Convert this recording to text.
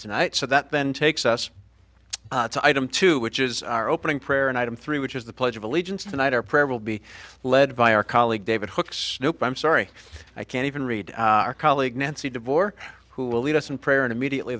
tonight so that then takes us to item two which is our opening prayer and item three which is the pledge of allegiance tonight our prayer will be led by our colleague david hookes nope i'm sorry i can't even read our colleague nancy devor who will lead us in prayer and immediately